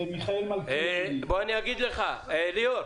כשהרפורמה בסלולר, אני יודע שהיא שונה לחלוטין,